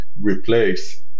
replace